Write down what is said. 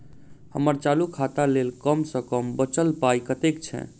हम्मर चालू खाता लेल कम सँ कम बचल पाइ कतेक छै?